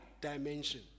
dimension